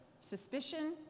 Suspicion